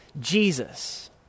Jesus